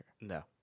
No